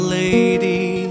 lady